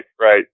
right